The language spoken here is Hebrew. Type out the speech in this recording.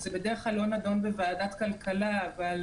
זה בדרך כלל לא נדון בוועדת כלכלה אבל